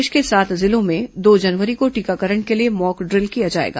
प्रदेश के सात जिलों में दो जनवरी को टीकाकरण के लिए मॉकड्रिल किया जाएगा